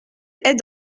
est